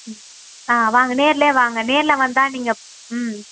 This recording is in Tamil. ம் ஆ வாங்க நேர்லேயே வாங்க நேரில் வந்தால் நீங்கள் ம்